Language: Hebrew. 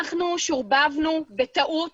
אנחנו שורבבנו בטעות